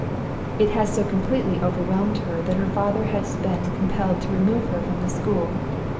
it has so completely overwhelmed her that her father has been compelled to remove her from the school.